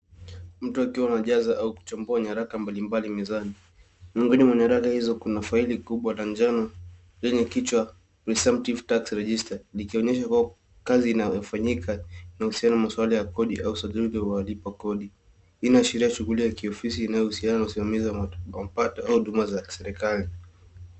Mtu akiwa anajaza au kuchambua nyaraka mbalimbali mezani. Miongoni mwa nyaraka hizo kuna faili kubwa la njano lenye kichwa receptive tax register likionyesha kuwa kazi inayofanyika linahusiana na maswala ya kodi au usajili wa walipa kodi. Hii inaashiria shughuli ya kiofisi inayohusiana na usimamizi wa mapato au huduma za kiserikali.